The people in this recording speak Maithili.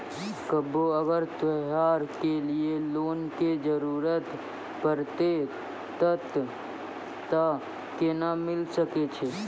कभो अगर त्योहार के लिए लोन के जरूरत परतै तऽ केना मिल सकै छै?